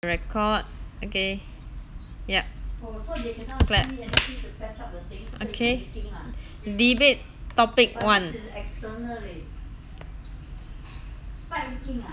record okay yup clap okay debate topic one